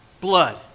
Blood